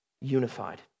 unified